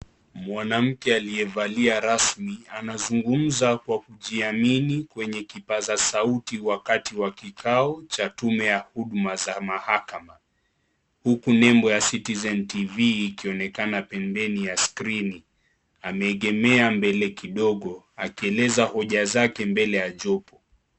Mwanamke aliyevalia rasmi anazungumza kwa kujiamini kwenye kipasa sauti wakati wa kikao cha tume ya huduma za mahakama. Huku nembo ya Citizen tv ikionekana pembeni ya screen . Ameegemea mbele kidogo akieleza hoja zake mbele ya jopo.